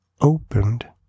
opened